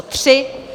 3.